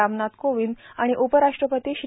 रामनाथ कोविंद आणि उपराष्ट्रपती श्री